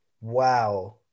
Wow